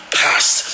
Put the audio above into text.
past